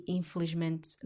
infelizmente